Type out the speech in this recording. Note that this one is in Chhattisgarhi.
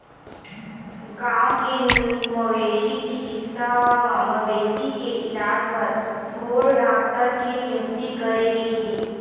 गाँव के मवेशी चिकित्सा म मवेशी के इलाज बर ढ़ोर डॉक्टर के नियुक्ति करे गे हे